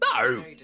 No